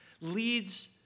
leads